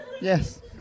Yes